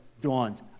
dawned